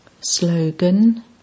Slogan